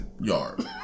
yard